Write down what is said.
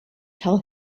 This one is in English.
tell